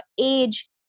age